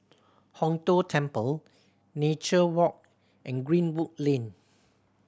Hong Tho Temple Nature Walk and Greenwood Lane